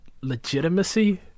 Legitimacy